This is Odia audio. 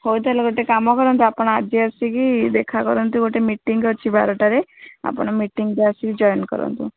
ହଉ ତା'ହେଲେ ଗୋଟେ କାମ କରନ୍ତୁ ଆପଣ ଆଜି ଆସିକି ଦେଖା କରନ୍ତୁ ଗୋଟେ ମିଟିଙ୍ଗ ଅଛି ବାରଟାରେ ଆପଣ ମିଟିଙ୍ଗକୁ ଆସିକି ଜଏନ୍ କରନ୍ତୁ